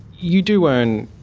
you do earn,